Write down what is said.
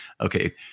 okay